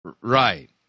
Right